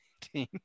team